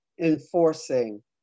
enforcing